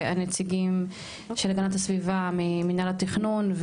להוצאת הנציגים של הגנת הסביבה ממנהל התכנון,